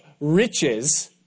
riches